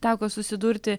teko susidurti